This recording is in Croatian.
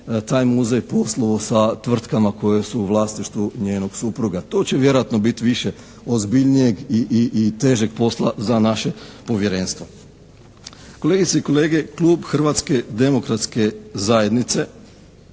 taj muzej poslovao sa tvrtkama koje su u vlasništvu njenog supruga. Tu će vjerojatno biti više ozbiljnijeg i težeg posla za naše povjerenstvo. Kolegice i kolege klub Hrvatske demokratske zajednice